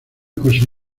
cosa